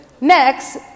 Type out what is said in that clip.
Next